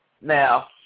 Now